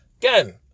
Again